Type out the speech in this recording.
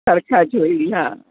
સરખા જ હોય એ હા